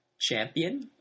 champion